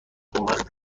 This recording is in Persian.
اونوقت